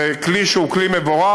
הם כלי מבורך,